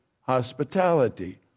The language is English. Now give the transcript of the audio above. hospitality